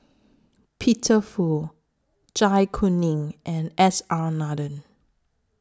Peter Fu Zai Kuning and S R Nathan